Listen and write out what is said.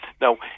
Now